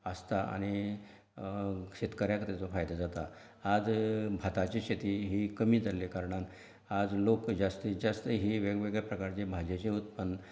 आसता आनी शेतकऱ्याक तेजो फायदो जाता आज भाताची शेती ही कमी जाल्ल्या कारणान आज लोक जास्तींत जास्त ही वेगळे वेगळे प्रकारचें भाजेचें उत्पन्न